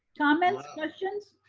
comments, questions?